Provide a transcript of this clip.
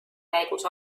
käigus